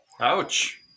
Ouch